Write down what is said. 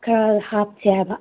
ꯈꯔ ꯍꯥꯞꯁꯦ ꯍꯥꯏꯕ